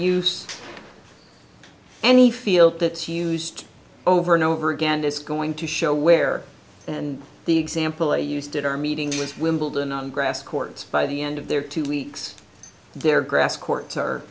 use any field that's used over and over again and it's going to show where and the example they used at our meeting was wimbledon on grass courts by the end of their two weeks their grass courts